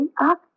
up